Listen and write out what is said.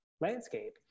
landscape